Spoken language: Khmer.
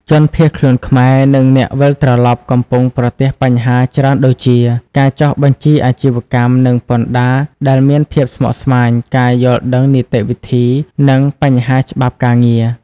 ជនភៀសខ្លួនខ្មែរ និងអ្នកវិលត្រឡប់កំពុងប្រទះបញ្ហាច្រើនដូចជា ការចុះបញ្ជីអាជីវកម្ម និងពន្ធដារដែលមានភាពស្មុគស្មាញ ការយល់ដឹងនីតិវិធី និងបញ្ហាច្បាប់ការងារ។